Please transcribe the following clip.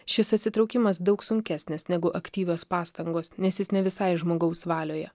šis atsitraukimas daug sunkesnis negu aktyvios pastangos nes jis ne visai žmogaus valioje